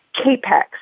CAPEX